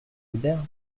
albert